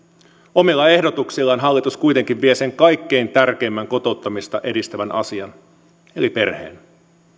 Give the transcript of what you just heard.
omilla ehdotuksillaan hallitus kuitenkin vie sen kaikkein tärkeimmän kotouttamista edistävän asian eli perheen